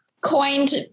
coined